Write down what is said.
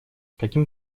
каким